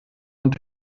und